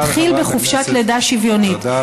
מתחיל בחופשת לידה שיווניות.